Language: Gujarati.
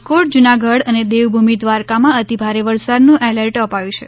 રાજકોટ જુનાગઢ અને દેવભૂમિ દ્વારકામાં અતિ ભારે વરસાદનું એલર્ટ અપાયું છે